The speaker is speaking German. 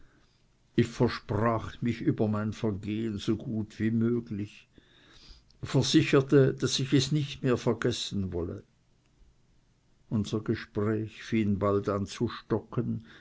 ich versprach mich über mein vergessen so gut mir möglich versicherte daß ich es nicht mehr vergessen wolle unser gespräch fing bald an zu stocken